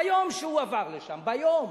ביום שהוא עבר לשם, ביום,